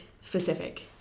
specific